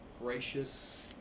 gracious